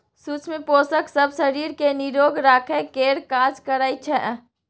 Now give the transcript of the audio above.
सुक्ष्म पोषक सब शरीर केँ निरोग राखय केर काज करइ छै